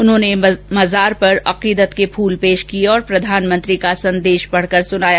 उन्होंने मजार पर अकीदत के फूल पेश किये और प्रधानमंत्री का संदेश पढकर सुनाया